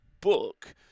book